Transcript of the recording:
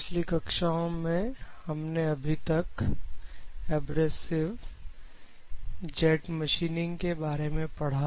पिछली कक्षाओं में हमने अभी तक एब्रेसिव जेट मशीनिंग के बारे में पढ़ा